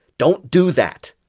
don't do that.